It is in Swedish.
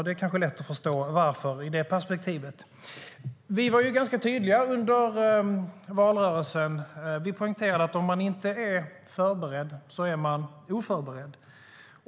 Det är kanske lätt att förstå i det perspektivet. Vi var ganska tydliga under valrörelsen. Vi poängterade att om man inte är förberedd är man oförberedd.